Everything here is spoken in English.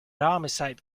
homicide